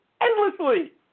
endlessly